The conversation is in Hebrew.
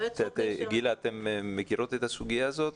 גילה, אתן מכירות את הסוגיה הזאת?